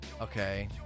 Okay